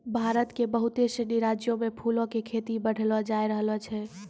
भारत के बहुते सिनी राज्यो मे फूलो के खेती बढ़लो जाय रहलो छै